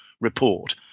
report